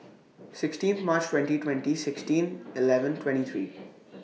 sixteen March twenty twenty sixteen eleven twenty three